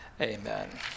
amen